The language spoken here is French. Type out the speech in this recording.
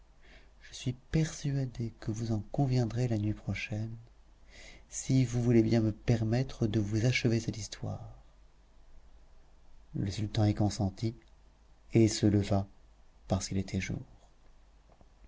je suis persuadée que vous en conviendrez la nuit prochaine si vous voulez bien me permettre de vous achever cette histoire le sultan y consentit et se leva parce qu'il était jour